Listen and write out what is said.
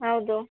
ಹೌದು